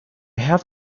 have